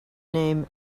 name